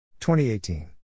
2018